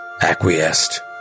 acquiesced